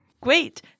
Great